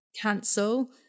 cancel